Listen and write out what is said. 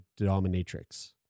dominatrix